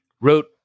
wrote